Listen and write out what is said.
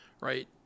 right